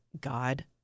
God